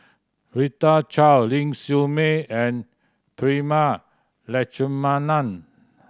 Rita Chao Ling Siew May and Prema Letchumanan